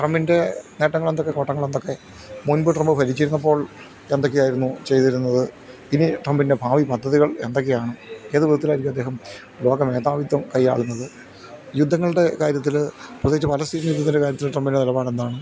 ട്രമ്പിൻ്റെ നേട്ടങ്ങളെന്തൊക്കെ കോട്ടങ്ങൾ എന്തൊക്കെ മുൻപ് ട്രമ്പ് ഭരിച്ചിരുന്നപ്പോൾ എന്തൊക്കെയായിരുന്നു ചെയ്തിരുന്നത് ഇനി ട്രമ്പിൻ്റെ ഭാവി പദ്ധതികൾ എന്തൊക്കെയാണ് ഏത് വിധത്തിലായിരിക്കും അദ്ദേഹം ലോകമേധാവിത്വം കയ്യാളുന്നത് യുദ്ധങ്ങളുടെ കാര്യത്തിൽ പ്രത്യേകച്ച് പലസ്തീൻ യുദ്ധത്തിൻറ്റെ കാര്യത്തിൽ ട്രമ്പിൻ്റെ നിലപാട് എന്താണ്